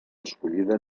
escollida